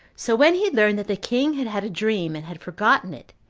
so when he had learned that the king had had a dream, and had forgotten it,